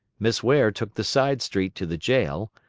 miss ware took the side street to the jail,